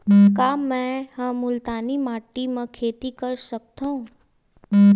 का मै ह मुल्तानी माटी म खेती कर सकथव?